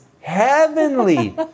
heavenly